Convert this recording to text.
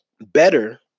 better